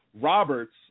Roberts